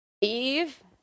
Eve